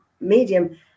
medium